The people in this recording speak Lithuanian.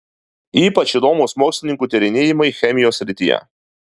ypač įdomūs mokslininkų tyrinėjimai chemijos srityje